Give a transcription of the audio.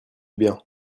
bien